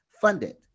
funded